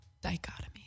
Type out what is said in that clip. Dichotomy